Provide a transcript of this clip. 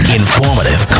informative